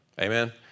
Amen